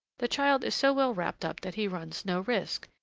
the child is so well wrapped up that he runs no risk,